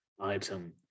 item